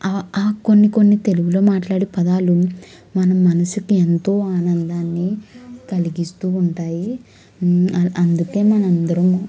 ఆ కొన్ని కొన్ని తెలుగులో మాట్లాడే పదాలు మనం మనసుకి ఎంతో ఆనందాన్ని కలిగిస్తూ ఉంటాయి ఆ అందుకే మనమందరం